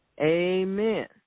Amen